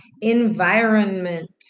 environment